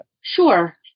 Sure